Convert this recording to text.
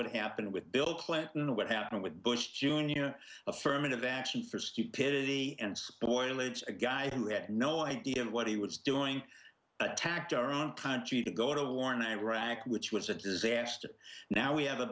what happened with bill clinton and what happened with bush jr affirmative action for stupidity and spoilage a guy who read no idea what he was doing attacked our own country to go to war in iraq which was a disaster now we have a